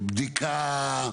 בדיקה,